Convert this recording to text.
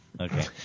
Okay